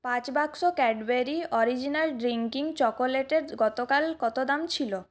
পাঁচ বাক্স Cadbury original drinking চকোলেটের গতকাল কত দাম ছিল